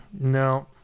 no